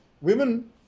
women